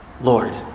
lord